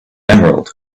emerald